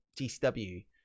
gcw